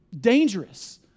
dangerous